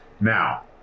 Now